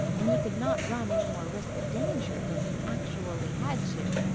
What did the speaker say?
and he could not run any more risk of danger than he actually had to.